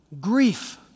grief